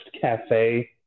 cafe